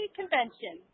convention